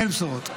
אין בשורות.